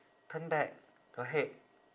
turn back your head